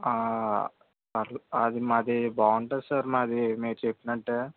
అసలు అది మాది బాగుంటుంది సార్ మాది మీరు చెప్పినట్టు